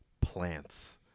plants